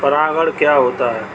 परागण क्या होता है?